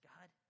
God